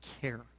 care